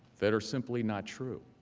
that are simply not true.